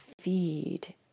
feed